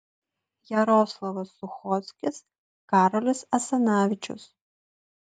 jaroslavas suchockis karolis asanavičius